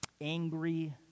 angry